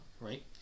right